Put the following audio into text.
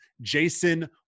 Jason